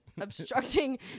obstructing